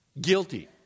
Guilty